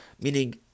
Meaning